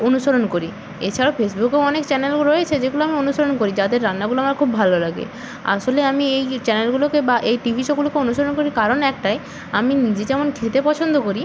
অনুসরণ করি এছাড়া ফেসবুকেও অনেক চ্যানেল রয়েছে যেগুলো আমি অনুসরণ করি যাদের রান্নাগুলো আমার খুব ভালো লাগে আসলে আমি এই চ্যানেলগুলোকে বা এই টিভি শোগুলোকে অনুসরণ করি কারণ একটাই আমি নিজে যেমন খেতে পছন্দ করি